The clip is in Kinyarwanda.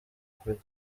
kurya